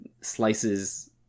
slices